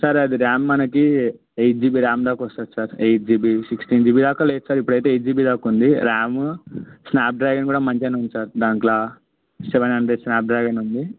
sir అది RAM మనకు eight GB RAM దాక వస్తుంది sir eight GB sixteen GB దాక లేదు సార్ ఇప్పుడు అయితే ఎయిట్ జీబీ దాక ఉంది ర్యామ్ స్నాప్డ్రాగన్ కూడా మంచిగా ఉంది సార్ దాంట్లో సెవెన్ హండ్రెడ్ స్నాప్డ్రాగన్ ఉంది